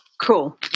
Cool